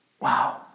Wow